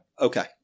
Okay